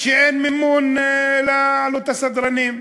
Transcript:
שאין מימון לעלות הסדרנים.